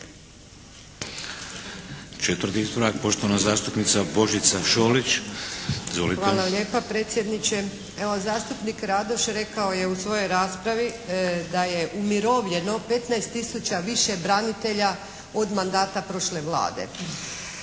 Šolić. Izvolite. **Šolić, Božica (HDZ)** Hvala lijepa predsjedniče. Evo, zastupnik Radoš rekao je u svojoj raspravi da je umirovljeno 15 tisuća više branitelja od mandata prošle Vlade